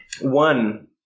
One